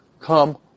Come